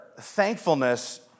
thankfulness